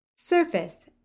Surface